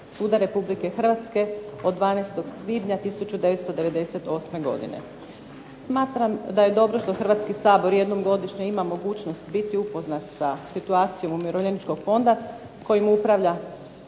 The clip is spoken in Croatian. suda Republike Hrvatske od 12. svibnja 1998. godine. Smatram da je dobro što Hrvatski sabor jednom godišnje ima mogućnost biti upoznat sa situacijom Umirovljeničkog fonda kojim upravlja